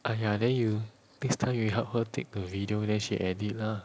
!aiya! then you next time you help her take the video then she edit lah